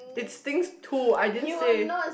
its things too I didn't say